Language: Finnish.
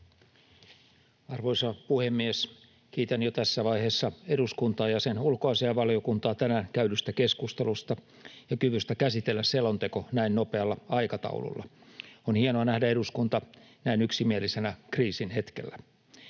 Arvoisa puhemies! Kiitän jo tässä vaiheessa eduskuntaa ja sen ulkoasiainvaliokuntaa tänään käydystä keskustelusta ja kyvystä käsitellä selonteko näin nopealla aikataululla. On hienoa nähdä eduskunta näin yksimielisenä kriisin hetkellä.